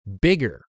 bigger